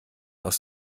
aus